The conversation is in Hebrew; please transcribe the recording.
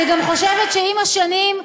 אני גם חושבת שעם השנים,